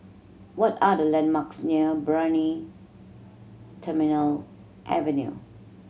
what are the landmarks near Brani Terminal Avenue